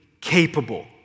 capable